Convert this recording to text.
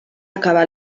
acabar